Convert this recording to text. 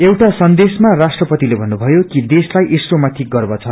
एउटा सन्देशमा राष्ट्रपतिले भन्नुभयो कि देशलाई ईस्रोमाथि गर्व छ